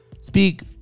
speak